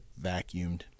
vacuumed